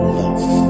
love